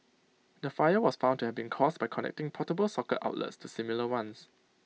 the fire was found to have been caused by connecting portable socket outlets to similar ones